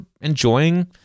enjoying